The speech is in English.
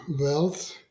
wealth